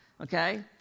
Okay